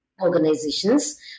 organizations